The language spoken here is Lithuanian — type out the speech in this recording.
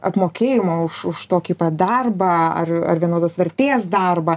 apmokėjimo už už tokį pat darbą ar ar vienodos vertės darbą